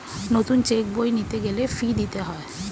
নতুন চেক বই নিতে গেলে ফি দিতে হয়